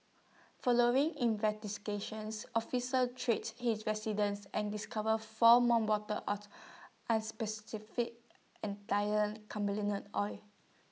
following investigations officers treat his residence and discovered four more bottles out as cannabis oil